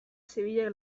zibilek